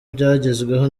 byagezweho